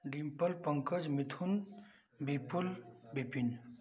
Dimple Pankaj Mithun Vipul Vipin